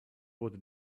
wurde